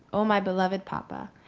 o my beloved papa,